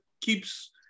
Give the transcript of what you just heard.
keeps